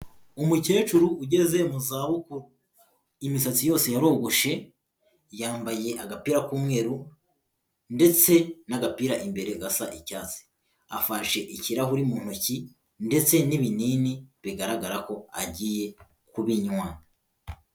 Umukecuru ugeze mu zabukuru, imisatsi yose yarogoshe, yambaye agapira k'umweru ndetse n'agapira imbere gasa icyatsi, afashe ikirahuri mu ntoki ndetse n'ibinini bigaragara ko agiye kubinywa.